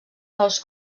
dels